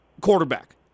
quarterback